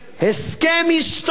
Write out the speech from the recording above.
הסכם היסטורי,